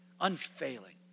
Unfailing